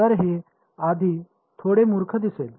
तर हे आधी थोडे मूर्ख दिसेल